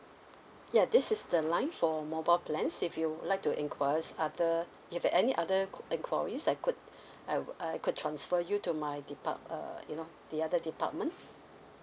ya this is the line for mobile plans if you like to enquires other if you've any other enquiries I could I would I could transfer you to my depart err you know the other department